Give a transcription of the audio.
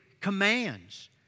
commands